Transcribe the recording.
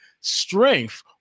strength